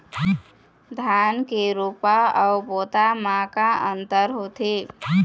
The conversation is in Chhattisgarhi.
धन के रोपा अऊ बोता म का अंतर होथे?